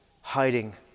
hiding